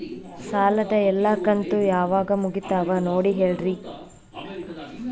ಸಾಲದ ಎಲ್ಲಾ ಕಂತು ಯಾವಾಗ ಮುಗಿತಾವ ನೋಡಿ ಹೇಳ್ರಿ